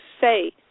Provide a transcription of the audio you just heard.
say